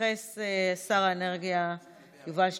יתייחס שר האנרגיה יובל שטייניץ.